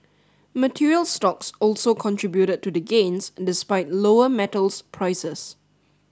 materials stocks also contributed to the gains despite lower metals prices